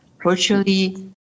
virtually